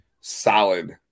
solid